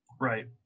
Right